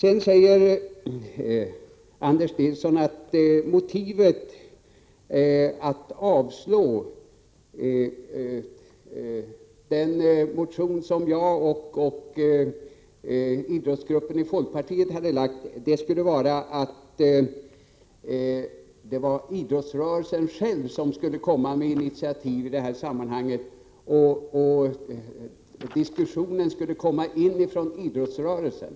Anders Nilsson säger att motivet för att avslå den motion som jag och idrottsgruppen i folkpartiet har lagt skulle vara att idrottsrörelsen själv skulle komma med initiativen, så att diskussionerna skulle komma inifrån idrottsrörelsen.